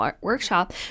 workshop